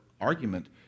argument